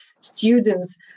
students